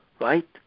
right